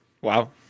Wow